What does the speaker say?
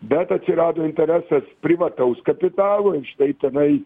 bet atsirado interesas privataus kapitalo ir štai tenai